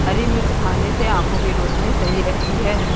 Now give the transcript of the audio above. हरी मिर्च खाने से आँखों की रोशनी सही रहती है